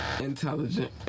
intelligent